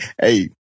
Hey